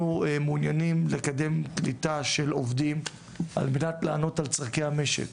מעוניינים לקדם קליטה של עובדים על מנת לענות על צרכי המשק,